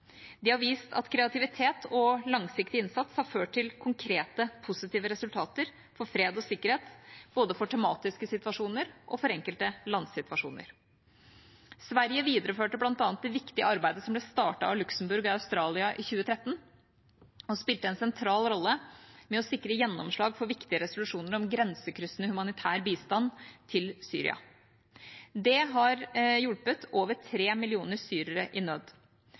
De har vist at kreativitet og langsiktig innsats har ført til konkrete, positive resultater for fred og sikkerhet, både for tematiske saker og i enkelte landsituasjoner. Sverige videreførte bl.a. det viktige arbeidet som ble startet av Luxembourg og Australia i 2013, og spilte en sentral rolle med å sikre gjennomslag for viktige resolusjoner om grensekryssende humanitær bistand til Syria. Det har hjulpet over tre millioner syrere i nød.